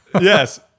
Yes